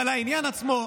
אבל לעניין עצמו,